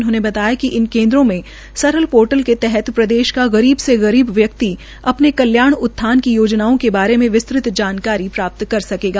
उन्होंने बताया कि इन केन्द्रों में सरल पोर्टल के तहत प्रदेश का गरीब से गरीब व्यक्ति अपने कल्याण उत्थान की योजनाओं के बारे में विस्तृत जानकारी प्राप्त कर सकेगा